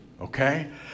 Okay